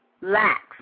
lax